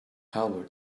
albert